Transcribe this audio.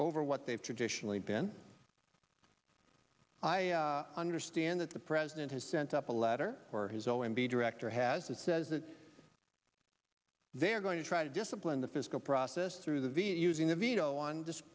over what they've traditionally been i understand that the president has sent up a letter or his o m b director has it says that they're going to try to discipline the fiscal process through the v a using a veto on